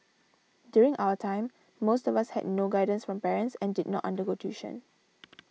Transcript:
during our time most of us had no guidance from parents and did not undergo tuition